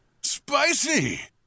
Spicy